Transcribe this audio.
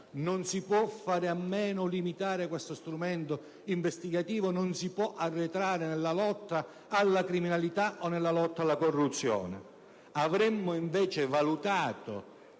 Non si può fare a meno di questo strumento o limitarlo, non si può arretrare nella lotta alla criminalità o nella lotta alla corruzione. Avremmo, quindi, valutato